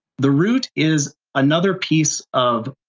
the root is another piece of